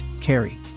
Carrie